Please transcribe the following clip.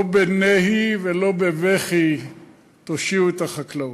לא בנהי ולא בבכי תושיעו את החקלאות.